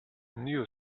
news